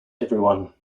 everyone